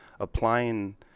applying